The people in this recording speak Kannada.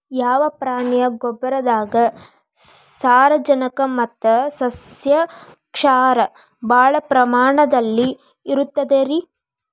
ಯಾವ ಪ್ರಾಣಿಯ ಗೊಬ್ಬರದಾಗ ಸಾರಜನಕ ಮತ್ತ ಸಸ್ಯಕ್ಷಾರ ಭಾಳ ಪ್ರಮಾಣದಲ್ಲಿ ಇರುತೈತರೇ?